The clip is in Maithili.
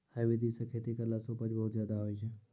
है विधि सॅ खेती करला सॅ उपज बहुत ज्यादा होय छै